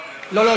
לא,